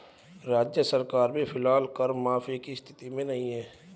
राज्य सरकार भी फिलहाल कर माफी की स्थिति में नहीं है